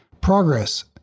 progress